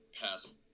pass